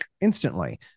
instantly